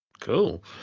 Cool